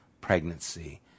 pregnancy